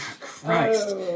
Christ